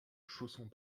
chaussons